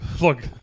look